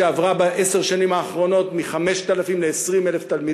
שעברה בעשר השנים האחרונות מ-5,000 תלמידים ל-20,000,